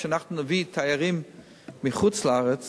שאנחנו נביא תיירים מחוץ-לארץ,